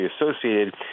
associated